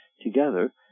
together